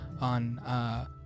on